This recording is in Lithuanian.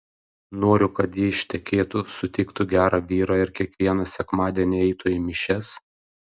noriu kad ji ištekėtų sutiktų gerą vyrą ir kiekvieną sekmadienį eitų į mišias